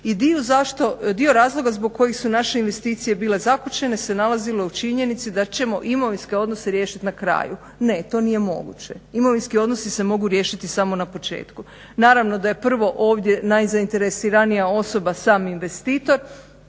I dio razloga zbog kojih su naše investicije bile zakočene se nalazilo u činjenici da ćemo imovinske odnose riješiti na kraju. Ne, to nije moguće. Imovinski odnosi se mogu riješiti samo na početku. Naravno da je prvo ovdje najzaineresiranija osoba sam investitor,